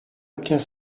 obtient